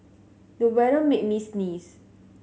the weather made me sneeze